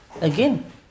Again